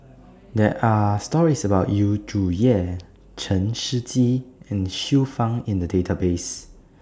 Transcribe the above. There Are stories about Yu Zhuye Chen Shiji and Xiu Fang in The Database